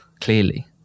Clearly